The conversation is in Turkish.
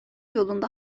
yolunda